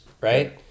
Right